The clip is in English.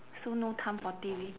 so no time for T_V